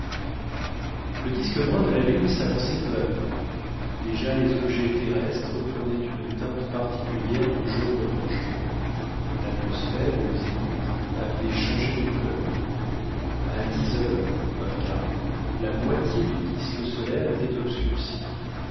le disque brun de la lune s'avançait peu à peu déjà les objets terrestres prenaient une teinte particulière de jaune orangé l'atmosphère au zénith avait changé de couleur à dix heures un quart la moitié du disque solaire était obscurcie